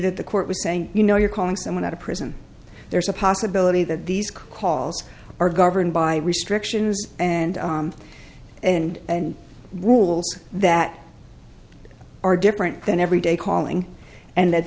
that the court was saying you know you're calling someone out of prison there's a possibility that these calls are governed by restrictions and and and rules that are different than every day calling and that